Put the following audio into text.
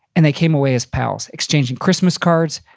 and they came away as pals. exchanging christmas cards.